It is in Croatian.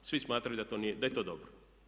Svi smatraju da je to dobro.